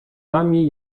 nami